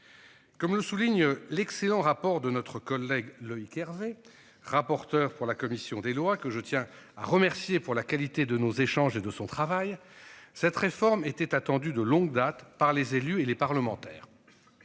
Comme le souligne l'excellent rapport de notre collègue Loïc Hervé, rapporteur pour la commission des lois que je tiens à remercier pour la qualité de nos échanges et de son travail. Cette réforme était attendue de longue date par les élus et les parlementaires.